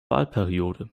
wahlperiode